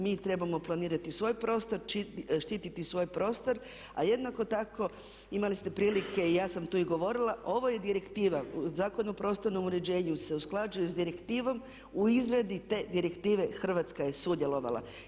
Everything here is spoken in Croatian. Mi trebamo planirati svoj prostor, štiti svoj prostor a jednako tako imali ste prilike i ja sam tu i govorila ovo je direktiva Zakon o prostornom uređenju se usklađuje sa direktivom, u izradi te direktive Hrvatska je sudjelovala.